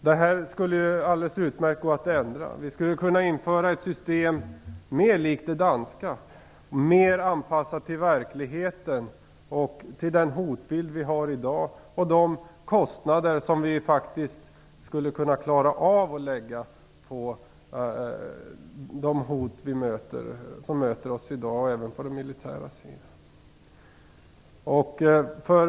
Det skulle gå alldeles utmärkt att ändra på det här. Vi skulle kunna införa ett system som är mera likt det danska och mera anpassat till verkligheten och till den hotbild vi har i dag. Detta skulle ske till de kostnader som vi faktiskt skulle kunna klara av att bära för de hot som möter oss i dag även på den militära sidan.